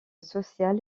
social